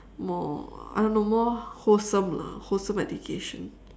more I don't know more wholesome lah wholesome education